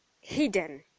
hidden